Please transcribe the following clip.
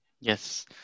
Yes